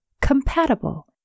compatible